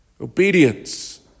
obedience